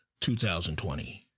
2020